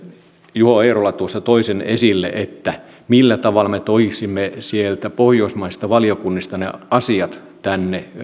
juho eerola tuossa toi sen esille se millä tavalla me toisimme sieltä pohjoismaisista valiokunnista ne asiat tänne